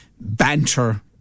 banter